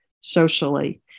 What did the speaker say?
socially